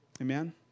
Amen